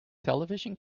television